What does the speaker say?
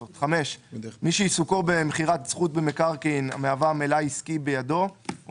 "(5)מי שעיסוקו במכירת זכות במקרקעין המהווה מלאי עסקי בידו או